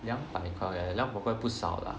两百块两百块不少 lah